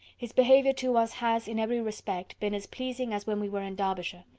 his behaviour to us has, in every respect, been as pleasing as when we were in derbyshire.